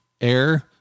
Air